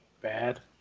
bad